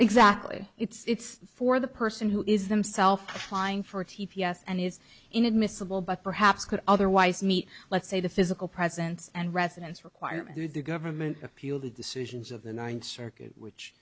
exactly it's for the person who is themself trying for t p s and is inadmissible but perhaps could otherwise meet let's say the physical presence and residence requirement through the government appeal the decisions of the ninth circuit which